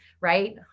right